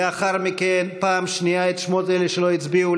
ולאחר מכן פעם שנייה את שמות אלה שלא הצביעו.